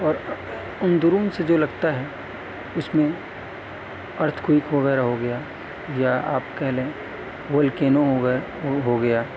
اور اندرون سے جو لگتا ہے اس میں ارتھکوئک وغیرہ ہو گیا یا آپ کہہ لیں والکینو ہو گیا ہو گیا